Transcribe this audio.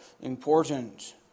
important